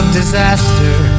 disaster